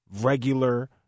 regular